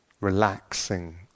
Relaxing